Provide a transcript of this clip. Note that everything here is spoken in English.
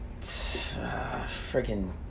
freaking